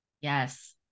yes